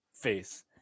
face